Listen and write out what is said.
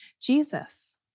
Jesus